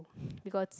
because